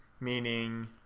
meaning